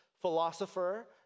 philosopher